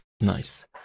Nice